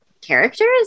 characters